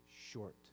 short